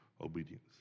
obedience